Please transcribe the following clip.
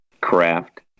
craft